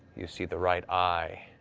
you see the right eye,